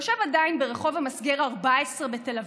יושב עדיין ברחוב המסגר 14 בתל אביב?